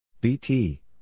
BT